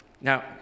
Now